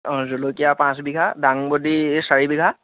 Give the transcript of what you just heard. অঁ জলকীয়া পাঁচ বিঘা দাংগডী চাৰি বিঘা